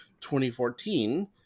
2014